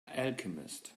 alchemist